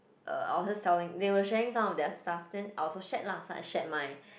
uh I was just telling they were sharing some of their stuff then I also shared lah so I shared mine